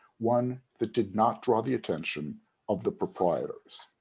one that did not draw the attention of the proprietors.